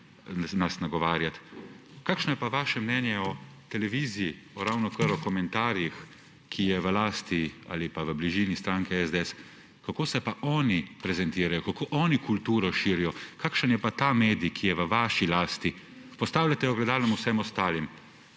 nagovarjati. Kakšno je vaše mnenje o televiziji, o komentarjih, ki je v lasti ali pa blizu stranke SDS? Kako se pa oni prezentirajo, kako oni kulturo širijo, kakšen je pa ta medij, ki je v vaši lasti? Postavljate ogledalo vsem ostalim;